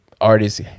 artists